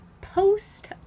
post